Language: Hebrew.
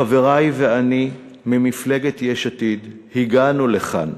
חברי ואני ממפלגת יש עתיד הגענו לכאן.